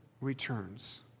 returns